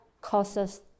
causes